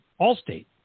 Allstate